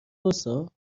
وایستا